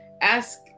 ask